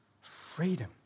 Freedom